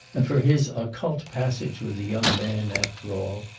and for his occult passage with the young man, after all,